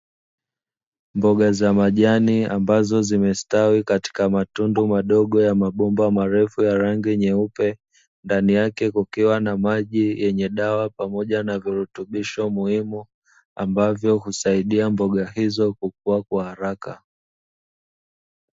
Mboga za majani ambazo zimestawi katika matundu madogo ya mabomba marefu ya rangi nyeupe, ndani yake kukiwa na maji yenye dawa pamoja na virutubisho muhimu, ambavyo husaidia mboga hizo kukua kwa haraka.